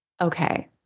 Okay